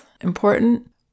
important